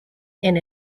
and